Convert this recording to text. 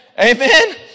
Amen